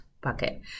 bucket